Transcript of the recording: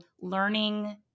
learning